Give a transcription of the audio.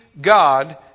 God